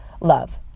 love